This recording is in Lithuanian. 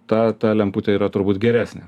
ta ta lemputė yra turbūt geresnė